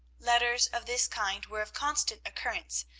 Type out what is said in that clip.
letters of this kind were of constant occurrence,